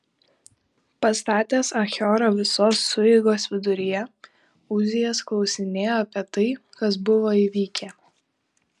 pastatęs achiorą visos sueigos viduryje uzijas klausinėjo apie tai kas buvo įvykę